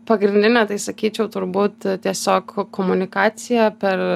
pagrindinę tai sakyčiau turbūt tiesiog komunikacija per